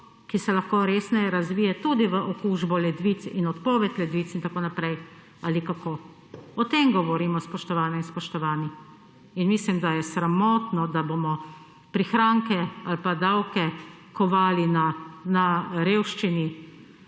ki se lahko resneje razvije tudi v okužbo ledvic in odpoved ledvic in tako naprej ali kako? O tem govorimo spoštovane in spoštovani. Mislim, da je sramotno, da bomo prihranke ali pa davke kovali na revščini